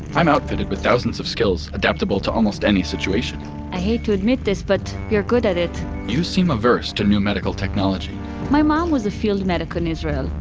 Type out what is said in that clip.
i'm outfitted with thousands of skills, adaptable to almost any situation i hate to admit this, but you're good at it you seem averse to new medical technology my mom was a field medic in israel.